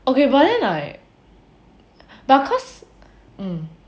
okay but then like but cause mm